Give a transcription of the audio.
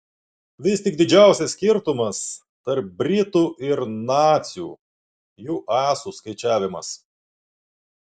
vis tik didžiausias skirtumas tarp britų ir nacių jų asų skaičiavimas